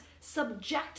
subject